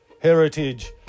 heritage